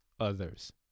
others